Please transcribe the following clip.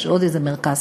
ויש עוד איזה מרכז,